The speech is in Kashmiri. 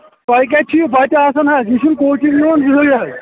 تۄہہِ کَتہِ چھُ یہِ بَچہٕ آسان حَظ یہِ چھُ نہٕ کوچِنٛگ یِوان زٕہٕنۍ حَظ